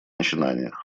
начинаниях